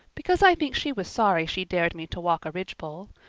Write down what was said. because i think she was sorry she dared me to walk a ridgepole.